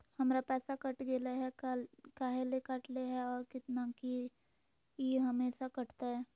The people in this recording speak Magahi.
हमर पैसा कट गेलै हैं, काहे ले काटले है और कितना, की ई हमेसा कटतय?